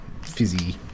fizzy